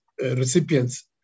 recipients